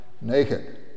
naked